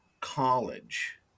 college